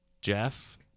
Jeff